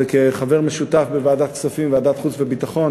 וכחבר בוועדה המשותפת לוועדת הכספים וועדת החוץ והביטחון